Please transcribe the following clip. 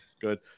good